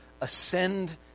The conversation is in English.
ascend